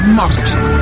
marketing